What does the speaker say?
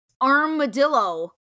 armadillo